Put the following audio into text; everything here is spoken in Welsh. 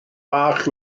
bach